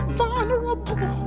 vulnerable